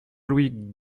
louis